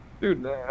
dude